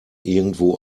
irgendwo